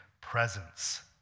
presence